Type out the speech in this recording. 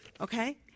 Okay